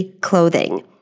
Clothing